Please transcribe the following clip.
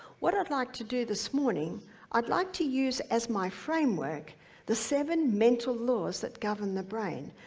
what i'd like to do this morning i'd like to use as my framework the seven mental laws that govern the brain,